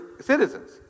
citizens